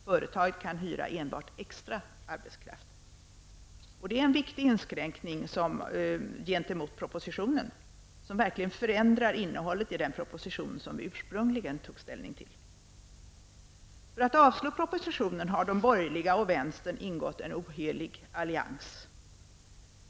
Företaget kan hyra enbart extra arbetskraft. Detta är en viktig inskränkning jämfört med propositionens förslag, en inskränkning som verkligen förändrar innehållet i den proposition som vi ursprungligen hade att ta ställning till. För att propositionen skall kunna avslås har de borgerliga och vänstern ingått en ohelig allians.